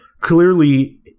clearly